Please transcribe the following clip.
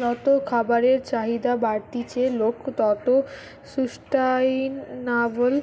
যত খাবারের চাহিদা বাড়তিছে, লোক তত সুস্টাইনাবল